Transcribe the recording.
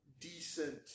decent